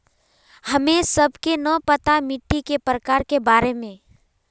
हमें सबके न पता मिट्टी के प्रकार के बारे में?